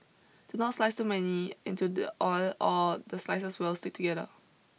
do not slice too many into the oil or the slices will stick together